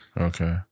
Okay